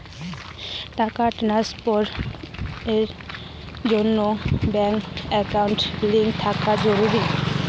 টাকা ট্রানস্ফারস এর জন্য কি ব্যাংকে ইন্টারনেট লিংঙ্ক থাকা জরুরি?